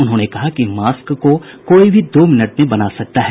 उन्होंने कहा कि मास्क को कोई भी दो मिनट में बना सकता है